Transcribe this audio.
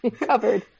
covered